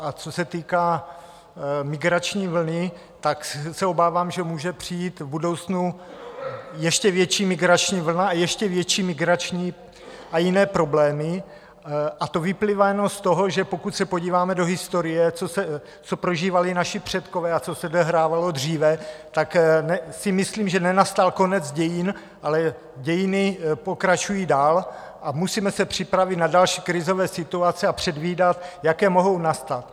A co se týká migrační vlny, tak se obávám, že může přijít v budoucnu ještě větší migrační vlna a ještě větší migrační a jiné problémy a to vyplývá jenom z toho, že pokud se podíváme do historie, co prožívali naši předkové a co se odehrávalo dříve, tak si myslím, že nenastal konec dějin, ale dějiny pokračují dál, a musíme se připravit na další krizové situace a předvídat, jaké mohou nastat.